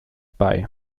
bei